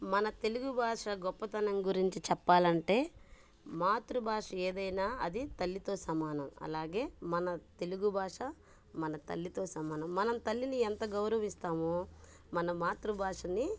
మన తెలుగు భాష గొప్పతనం గురించి చెప్పాలంటే మాతృభాష ఏదైనా అది తల్లితో సమానం అలాగే మన తెలుగు భాష మన తల్లితో సమానం మనం తల్లిని ఎంత గౌరవిస్తామో మన మాతృభాషని